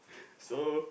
so